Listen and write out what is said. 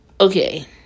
Okay